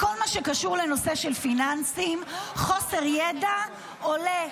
בכל מה שקשור בנושא של פיננסים חוסר ידע עולה,